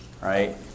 right